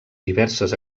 diverses